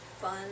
fun